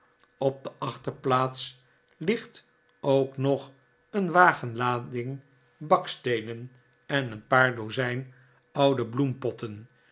op de achterplaats ligt ook nog een wagenlading baksteenen en een paar dozijn oude bloempotten